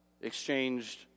exchanged